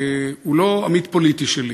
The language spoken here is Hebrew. הוא לא עמית פוליטי שלי,